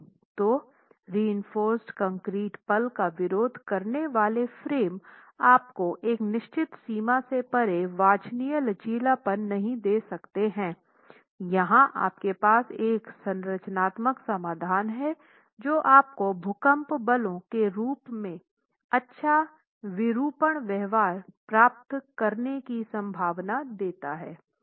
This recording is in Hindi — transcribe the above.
तो रिइंफोर्स कंक्रीट पल का विरोध करने वाले फ्रेम आपको एक निश्चित सीमा से परे वांछनीय लचीलापन नहीं दे सकते हैं यहाँ आपके पास एक संरचनात्मक समाधान है जो आपको भूकंप बलों के रूप में अच्छा विरूपण व्यवहार प्राप्त करने की संभावना देता है